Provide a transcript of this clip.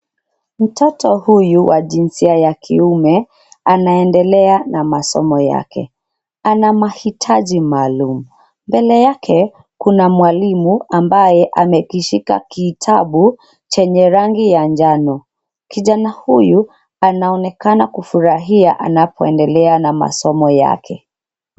Mtoto huyu wa jinsia ya kiume anaendelea na masomo yake, ana mahitaji maalimu. mbele yake kuna mwalimu ambaye amekishika kitabu chenye rangi ya njano. kijana huyu anaonekana kufurahia anapoendelea na masomo yake.